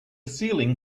ceiling